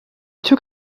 took